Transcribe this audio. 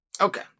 Okay